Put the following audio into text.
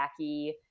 wacky